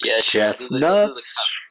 Chestnuts